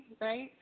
right